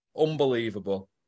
Unbelievable